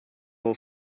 will